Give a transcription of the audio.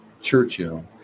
Churchill